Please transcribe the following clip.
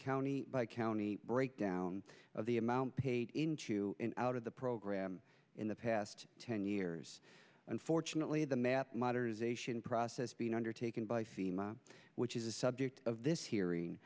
county by county breakdown of the amount paid into out of the program in the past ten years unfortunately the map modernization process being undertaken by fema which is a subject of this hearing